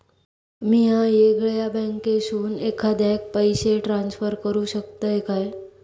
म्या येगल्या बँकेसून एखाद्याक पयशे ट्रान्सफर करू शकतय काय?